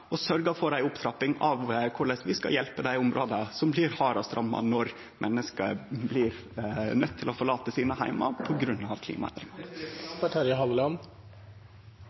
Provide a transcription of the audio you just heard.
og sørgjer for ei opptrapping av korleis vi skal hjelpe dei områda som blir hardast råka når menneske blir nøydde til å forlate heimane sine på grunn av klimaendringar.